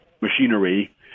machinery